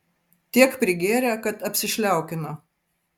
tiek prigėrė kad apsišliaukino